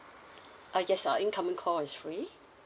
uh yes uh incoming call is free